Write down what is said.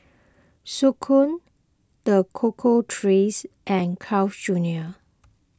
Snek Ku the Cocoa Trees and Carl's Junior